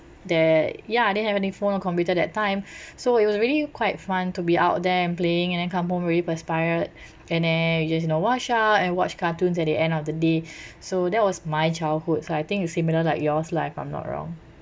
that ya I didn't have any phone or computer that time so it was really quite fun to be out there and playing and then come home really perspired and then you just you know wash up and watch cartoons at the end of the day so that was my childhood so I think it's similar like yours lah if I'm not wrong